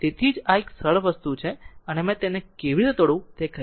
તેથી જ તેથી આ એક સરળ વસ્તુ છે અને મેં તેને કેવી રીતે તોડવું તે કહ્યું